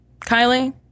Kylie